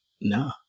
no